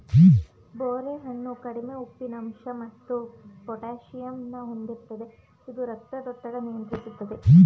ಬೋರೆ ಹಣ್ಣು ಕಡಿಮೆ ಉಪ್ಪಿನಂಶ ಮತ್ತು ಪೊಟ್ಯಾಸಿಯಮ್ ಹೊಂದಿರ್ತದೆ ಇದು ರಕ್ತದೊತ್ತಡ ನಿಯಂತ್ರಿಸ್ತದೆ